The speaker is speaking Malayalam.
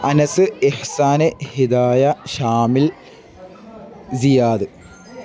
അനസ് ഇഹ്സാന് ഹിതായ ഷാമിൽ സിയാദ്